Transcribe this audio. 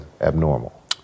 abnormal